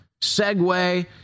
segue